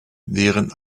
während